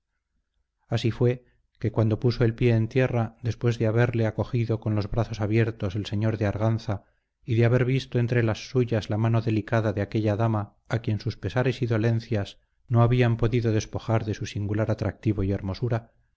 así fue que cuando puso el pie en tierra después de haberle acogido con los brazos abiertos el señor de arganza y de haber visto entre las suyas la mano delicada de aquella dama a quien sus pesares y dolencias no habían podido despojar de su singular atractivo y hermosura